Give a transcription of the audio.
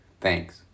Thanks